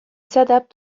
s’adaptent